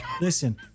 Listen